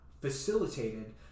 facilitated